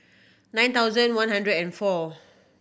nine thousand one hundred and four